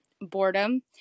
boredom